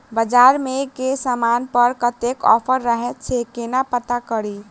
बजार मे केँ समान पर कत्ते ऑफर रहय छै केना पत्ता कड़ी?